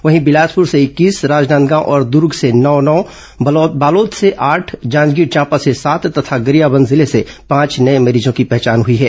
वहीं बिलासपुर से इक्कीस राजनादगांव और दूर्ग से नौ नौ बालोद से आठ जांजगीर चांपा से सात तथा गरियाबंद जिले से पांच नये मरीजों की पहचान हई है